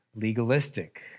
legalistic